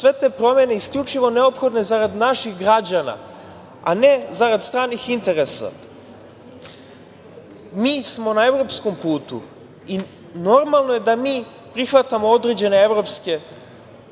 sve te promene isključivo su neophodne zarad naših građana, a ne zarad stranih interesa. Mi smo na evropskom putu i normalno je da mi prihvatamo određene evropske, da